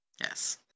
Yes